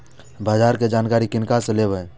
बाजार कै जानकारी किनका से लेवे?